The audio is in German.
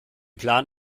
plan